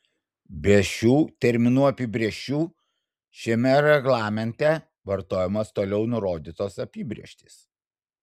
be šių terminų apibrėžčių šiame reglamente vartojamos toliau nurodytos apibrėžtys